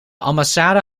ambassade